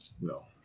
No